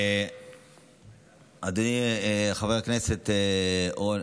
אדוני חבר הכנסת ירון,